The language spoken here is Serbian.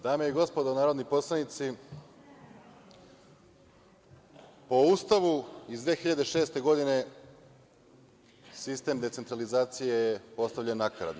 Dame i gospodo narodni poslanici, po Ustavu iz 2006. godine sistem decentralizacije je postavljen nakaradno.